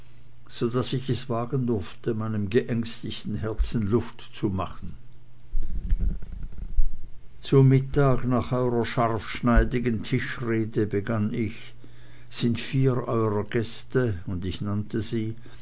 so daß ich es wagen durfte meinem geängstigten herzen luft zu machen zu mittag nach eurer scharfschneidigen tischrede begann ich sind vier eurer gäste und ich nannte sie